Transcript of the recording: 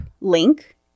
link